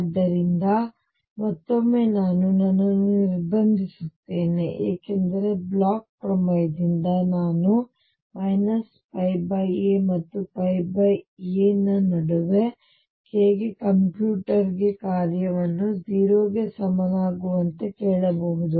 ಆದ್ದರಿಂದ ಮತ್ತೊಮ್ಮೆ ನಾನು ನನ್ನನ್ನು ನಿರ್ಬಂಧಿಸುತ್ತೇನೆ ಏಕೆಂದರೆ ಬ್ಲೋಚ್ ಪ್ರಮೇಯದಿಂದ ನಾನು a ಮತ್ತು a ನಡುವೆ k ಗೆ ಮತ್ತು ಕಂಪ್ಯೂಟರ್ ಗೆ ಈ ಕಾರ್ಯವನ್ನು 0 ಗೆ ಸಮನಾಗುವಂತೆ ಕೇಳಬಹುದು